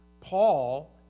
Paul